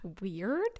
Weird